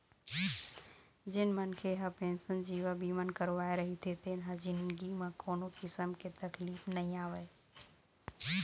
जेन मनखे ह पेंसन जीवन बीमा करवाए रहिथे तेन ल जिनगी म कोनो किसम के तकलीफ नइ आवय